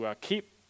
keep